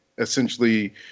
essentially